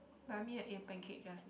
but me I ate pancake just now